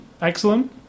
excellent